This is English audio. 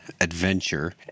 adventure